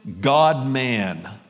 God-man